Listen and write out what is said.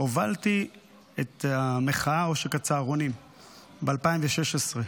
הובלתי את המחאה עושק הצהרונים ב-2016.